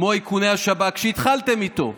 כמו איכוני השב"כ, שהתחלתם איתו,